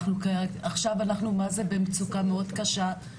עכשיו אנחנו מה זה במצוקה מאוד קשה,